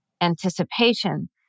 anticipation